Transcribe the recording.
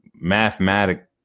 mathematic